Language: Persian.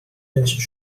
نوشته